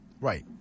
Right